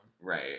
Right